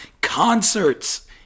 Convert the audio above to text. concerts